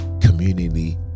community